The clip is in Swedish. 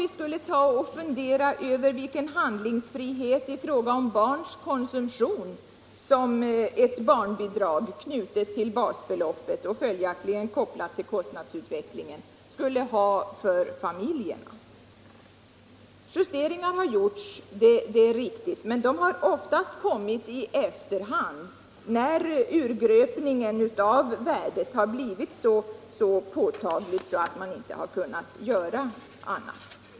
Men låt oss fundera över vilken handlingsfrihet i fråga om barns konsumtion som ett barnbidrag knutet till basbeloppet och följaktligen kopplat till kostnadsutvecklingen skulle innebära för familjerna. Justeringar har gjorts — det är riktigt — men de har ofta kommit i efterhand, när urgröpningen av värdet har blivit så påtaglig att man inte har kunnat göra annat.